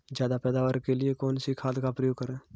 ज्यादा पैदावार के लिए कौन सी खाद का प्रयोग करें?